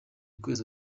kwezi